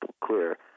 clear